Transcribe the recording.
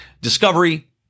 Discovery